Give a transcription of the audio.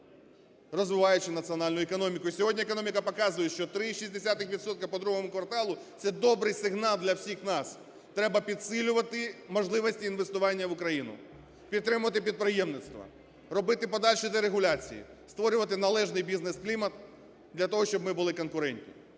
розвиваючи національну економіку. І сьогодні економіка показує, що 3,6 відсотка по ІІ кварталу – це добрий сигнал для всіх нас. Треба підсилювати можливості інвестування в Україну, підтримувати підприємництво, робити подальші дерегуляції, створювати належний бізнес-клімат для того, щоб ми були конкурентні.